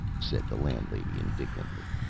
said the landlady, indignantly.